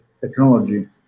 technology